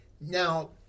Now